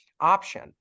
option